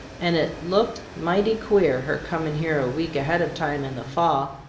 an' it looked mighty queer, her comin' here a week ahead of time, in the fall.